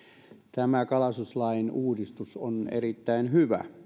tämä kalastuslain uudistus on erittäin hyvä